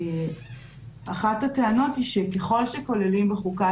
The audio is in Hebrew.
שאחת הטענות היא שככל שכוללים בחוקה